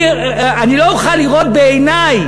אני לא אוכל לראות בעיני,